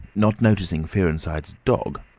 not noticing fearenside's dog,